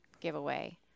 giveaway